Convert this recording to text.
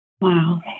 Wow